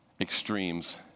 extremes